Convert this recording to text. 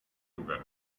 lugar